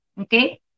Okay